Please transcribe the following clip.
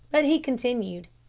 but he continued,